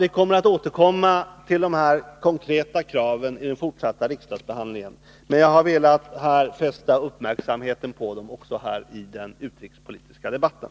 Vi återkommer till dessa konkreta krav i den fortsatta riksdagsbehandlingen, men jag har velat fästa uppmärksamheten på dem också här i den utrikespolitiska debatten.